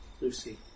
Lucy